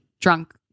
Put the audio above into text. drunk